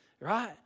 right